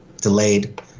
delayed